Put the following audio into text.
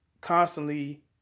constantly